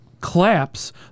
claps